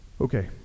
Okay